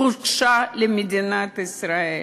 בושה למדינת ישראל.